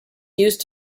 used